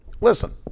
Listen